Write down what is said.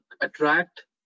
attract